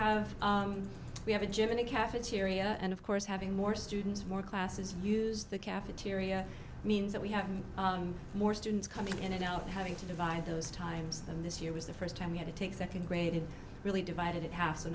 have we have a gym and a cafeteria and of course having more students more classes use the cafeteria means that we have more students coming in and out having to divide those times and this year was the first time we had to take second grade really divided it ha